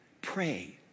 Pray